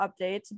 updates